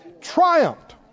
triumphed